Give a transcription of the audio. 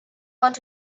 want